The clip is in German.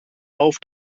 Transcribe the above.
auf